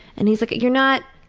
and he's like you're not,